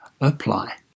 apply